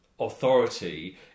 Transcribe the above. Authority